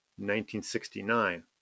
1969